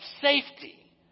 safety